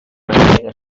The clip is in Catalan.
mantega